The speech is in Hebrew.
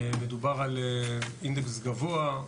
מדובר על אינדקס גבוה,